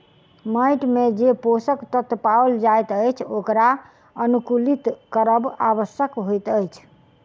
माइट मे जे पोषक तत्व पाओल जाइत अछि ओकरा अनुकुलित करब आवश्यक होइत अछि